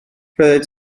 roeddet